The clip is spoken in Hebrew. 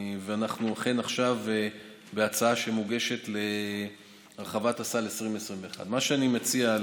אנחנו אכן עכשיו בהצעה שמוגשת להרחבת סל 2021. מה שאני מציע,